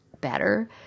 better